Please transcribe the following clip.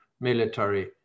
military